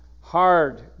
hard